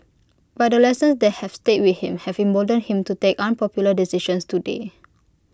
but the lessons that have stayed with him have emboldened him to take unpopular decisions today